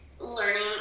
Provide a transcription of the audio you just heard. learning